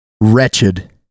Wretched